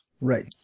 Right